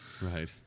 right